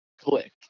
click